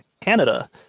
Canada